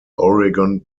oregon